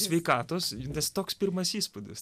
sveikatos nes toks pirmas įspūdis